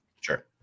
Sure